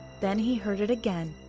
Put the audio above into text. then he heard it again.